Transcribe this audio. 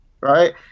right